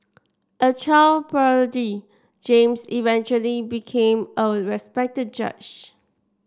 a child prodigy James eventually became a respected judge